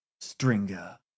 Stringer